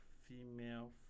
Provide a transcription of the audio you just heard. Female